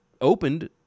opened